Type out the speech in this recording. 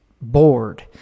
bored